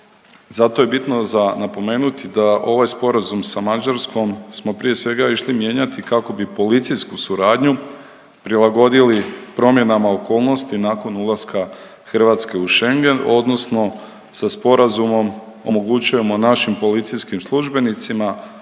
Zato je bitno za napomenuti da ovaj sporazum sa Mađarskom smo prije svega išli mijenjati kako bi policijsku suradnju prilagodili promjenama okolnosti nakon ulaska Hrvatske u Schengen, odnosno sa sporazumom omogućujemo našim policijskim službenicima